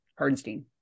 Hardenstein